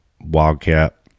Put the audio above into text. Wildcat